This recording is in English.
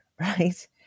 right